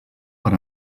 per